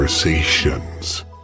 Conversations